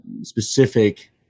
specific